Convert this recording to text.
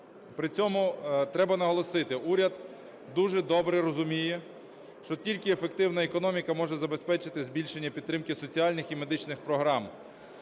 При цьому треба наголосити, уряд дуже добре розуміє, що тільки ефективна економіка може забезпечити збільшення підтримки соціальних і медичних програм.